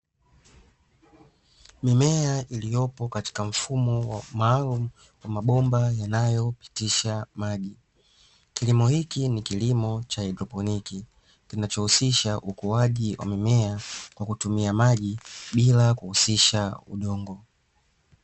Mimea iliyopo katika mfumo maalumu wa mabomba yanayopitisha maji. Kilimo hiki ni kilimo cha haidroponiki kinachohusisha ukuaji wa mimea kwa kutumia maji bila kuhusisha udongo.